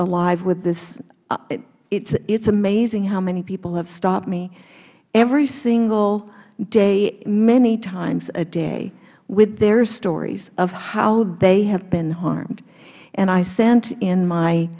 alive with this it is amazing how many people have stopped me every single day many times a day with their stories of how they have been harmed and i sent in my